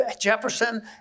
Jefferson